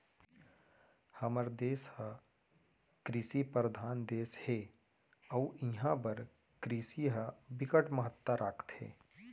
हमर देस ह कृषि परधान देस हे अउ इहां बर कृषि ह बिकट महत्ता राखथे